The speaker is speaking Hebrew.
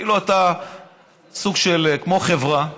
כאילו אתה כמו חברה.